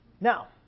now